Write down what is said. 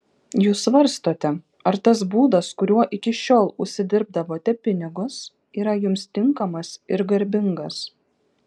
jūs svarstote ar tas būdas kuriuo iki šiol užsidirbdavote pinigus yra jums tinkamas ir garbingas